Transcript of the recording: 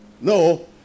no